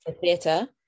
theater